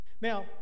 Now